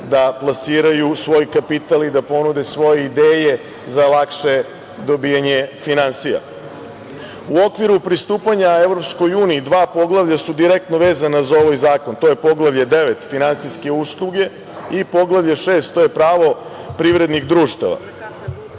da plasiraju svoj kapital i da ponude svoje ideje za lakše dobijanje finansija.U okviru pristupanja EU dva poglavlja su direktno vezana za ovaj zakon, to je Poglavlje 9 finansijske usluge i Poglavlje 6 to je pravo privrednih društava.